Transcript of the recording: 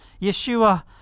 Yeshua